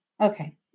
Okay